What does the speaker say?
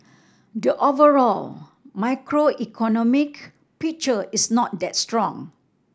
the overall macroeconomic picture is not that strong